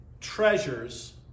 treasures